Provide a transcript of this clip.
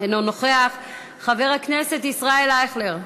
אינו נוכח, חבר הכנסת ישראל אייכלר,